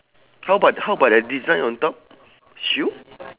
how about how about the design on top shoe